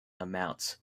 amounts